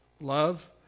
love